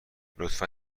لطفا